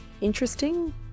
interesting